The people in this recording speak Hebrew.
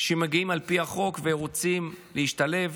שמגיעים על פי החוק ורוצים להשתלב,